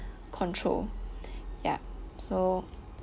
control ya so